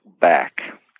Back